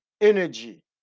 energy